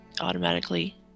automatically